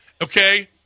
okay